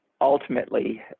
ultimately